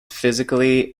physically